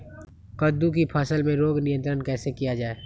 कददु की फसल में रोग नियंत्रण कैसे किया जाए?